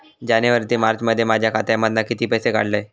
जानेवारी ते मार्चमध्ये माझ्या खात्यामधना किती पैसे काढलय?